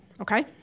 okay